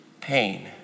pain